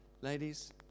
ladies